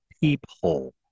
peephole